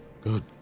good